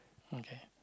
okay